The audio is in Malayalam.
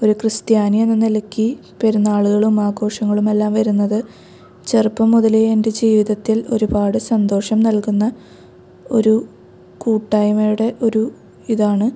ഒരു ക്രിസ്ത്യാനി എന്ന നിലക്ക് പെരുന്നാളുകളും ആഘോഷങ്ങളും എല്ലാം വരുന്നത് ചെറുപ്പം മുതലേ എൻ്റെ ജീവിതത്തിൽ ഒരുപാട് സന്തോഷം നൽകുന്ന ഒരു കൂട്ടായ്മയുടെ ഒരു ഇതാണ്